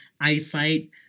eyesight